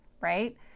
right